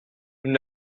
nous